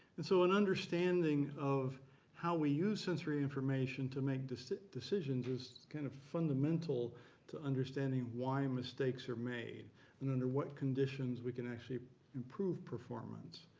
and so an understanding of how we use sensory information to make decisions decisions is kind of fundamental to understanding why mistakes are made and under what conditions we can actually improve performance.